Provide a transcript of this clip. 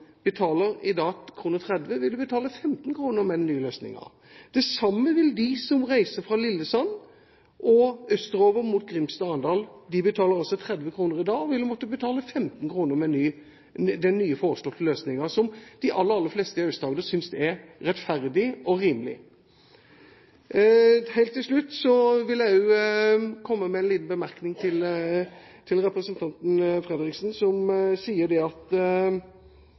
betaler 30 kr, vil måtte betale 15 kr med den nye løsningen. Det samme vil de som reiser fra Lillesand og østover mot Grimstad og Arendal. De betaler altså 30 kr i dag og vil måtte betale 15 kr med den nye, foreslåtte løsningen, som de aller fleste i Aust-Agder synes er rettferdig og rimelig. Helt til slutt vil jeg komme med en liten bemerkning til representanten Fredriksen, som sier at det